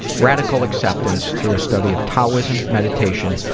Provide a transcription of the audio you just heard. radical acceptance through a study of taoism, meditation,